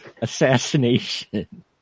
assassination